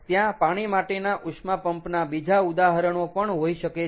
ત્યાં પાણી માટેના ઉષ્મા પંપ ના બીજા ઉદાહરણો પણ હોય શકે છે